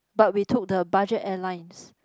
but we took the budget airlines